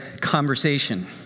conversation